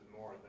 more